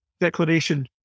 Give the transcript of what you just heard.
declaration